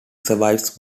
survives